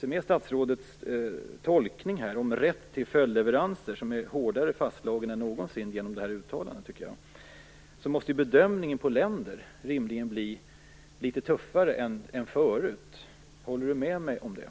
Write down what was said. Med statsrådets tolkning av rätten till följdleveranser, som har slagits fast hårdare än någonsin genom hans uttalande, måste bedömningen av länder rimligen bli litet tuffare än tidigare - det är min slutsats. Håller statsrådet med mig om den?